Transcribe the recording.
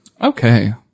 Okay